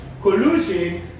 collusion